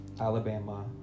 Alabama